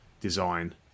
design